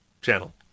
Channel